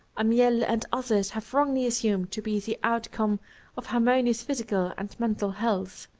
amiel and others, have wrongly assumed to be the outcome of harmonious physical and mental health.